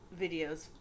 videos